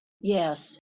Yes